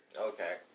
Okay